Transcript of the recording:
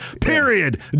Period